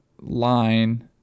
line